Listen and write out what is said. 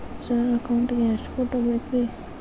Sir account ಗೇ ಎಷ್ಟು photo ಬೇಕ್ರಿ?